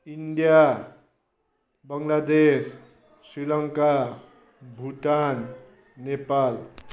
India Bangladesh Sri Lanka Bhutan Nepal